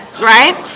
Right